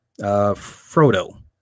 Frodo